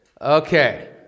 okay